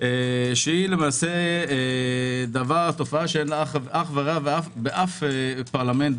שהיא תופעה שאין לה אח ורע באף פרלמנט,